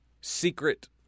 secret